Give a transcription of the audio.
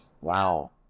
Wow